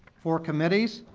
for committees,